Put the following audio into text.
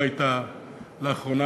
לא הייתה לאחרונה,